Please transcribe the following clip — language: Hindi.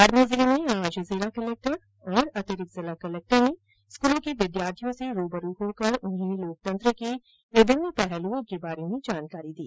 बाड़मेर जिले में आज जिला कलेक्टर और अतिरिक्त जिला कलेक्टर ने स्कूलों के विद्यार्थियों से रूबरू होकर उन्हें लोकतंत्र के विभिन्न पहलुओं के बारे में जानकारी दी